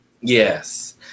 Yes